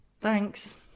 thanks